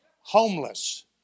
homeless